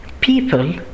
people